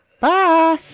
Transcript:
bye